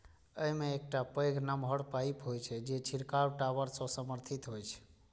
अय मे एकटा पैघ नमहर पाइप होइ छै, जे छिड़काव टावर सं समर्थित होइ छै